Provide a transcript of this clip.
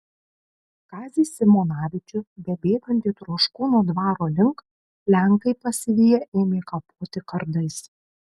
kazį simonavičių bebėgantį troškūnų dvaro link lenkai pasiviję ėmė kapoti kardais